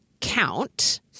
count